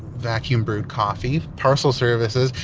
vacuum-brewed coffee, parcel services.